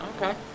okay